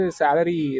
salary